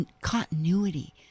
continuity